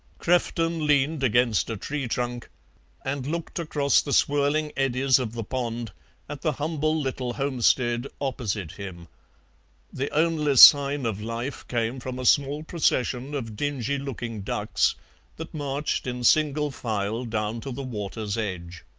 crefton leaned against a tree-trunk and looked across the swirling eddies of the pond at the humble little homestead opposite him the only sign of life came from a small procession of dingy-looking ducks that marched in single file down to the water's edge.